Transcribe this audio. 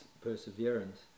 perseverance